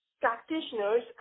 practitioners